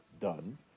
Done